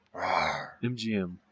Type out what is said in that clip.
MGM